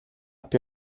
più